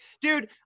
dude